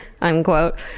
unquote